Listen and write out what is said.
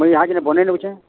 ଏ ଇହାକିରେ ବନାଇ ନେଉଛେ